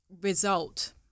result